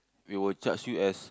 we will charge you as